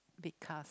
big cast